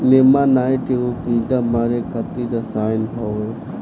नेमानाइट एगो कीड़ा मारे खातिर रसायन होवे